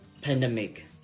pandemic